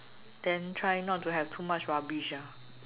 then try not to have too much rubbish ah